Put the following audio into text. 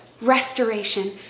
restoration